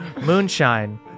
Moonshine